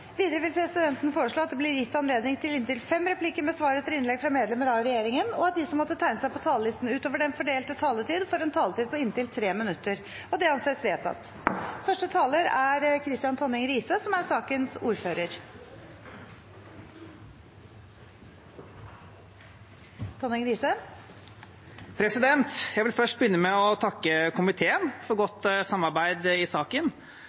Videre vil presidenten foreslå at det – innenfor den fordelte taletid – blir gitt anledning til inntil fem replikker med svar etter innlegg fra medlemmer av regjeringen, og at de som måtte tegne seg på talerlisten utover den fordelte taletid, får en taletid på inntil 3 minutter. – Det anses vedtatt. Jeg vil begynne med å takke komiteen for godt samarbeid i saken.